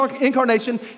incarnation